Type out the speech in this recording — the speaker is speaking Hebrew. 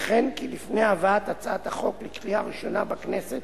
וכן כי לפני הבאת הצעת החוק לקריאה ראשונה בכנסת,